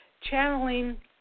channeling